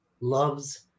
loves